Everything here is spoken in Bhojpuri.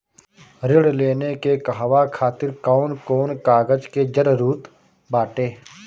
ऋण लेने के कहवा खातिर कौन कोन कागज के जररूत बाटे?